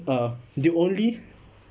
uh the only